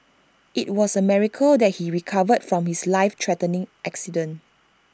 IT was A miracle that he recovered from his life threatening accident